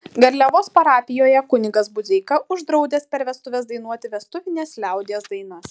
garliavos parapijoje kunigas budzeika uždraudęs per vestuves dainuoti vestuvines liaudies dainas